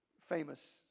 famous